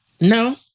No